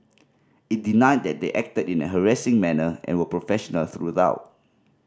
it denied that they acted in a harassing manner and were professional throughout